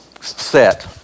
set